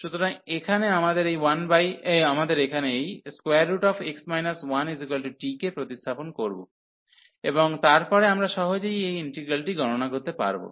সুতরাং এখানে আমরা এই x 1t কে প্রতিস্থাপন করব এবং তারপরে আমরা সহজেই এই ইন্টিগ্রালটি গণনা করতে পারব